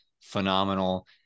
phenomenal